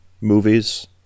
movies